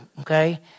okay